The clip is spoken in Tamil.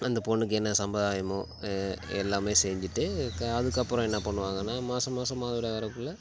அந்த பொண்ணுக்கு என்ன சம்பிரதாயமோ எல்லாமே செஞ்சுட்டு அதுக்கப்புறம் என்ன பண்ணுவாங்கன்னால் மாதம் மாதம் மாதவிடாய் வரக்குள்ளே